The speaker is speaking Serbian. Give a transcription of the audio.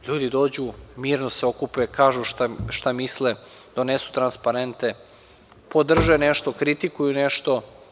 Ljudi dođu, mirno se okupe, kažu šta misle, donesu transparente, podrže nešto, kritikuju nešto.